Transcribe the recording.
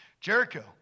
Jericho